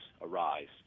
arise